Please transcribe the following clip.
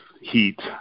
heat